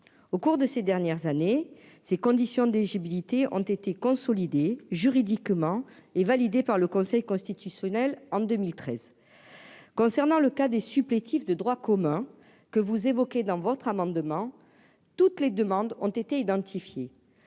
au cours de ces dernières années, ces conditions d'éligibilité ont été consolidées juridiquement et validé par le Conseil constitutionnel, en 2013 concernant le cas des supplétifs de droit commun que vous évoquez dans votre amendement toutes les demandes ont été identifiés,